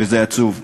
וזה עצוב.